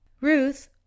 Ruth